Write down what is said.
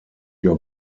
your